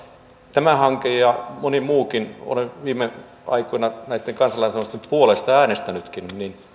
tämä hanke ja moni muukin olen viime aikoina näitten kansalaisaloitteiden puolesta äänestänytkin